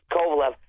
Kovalev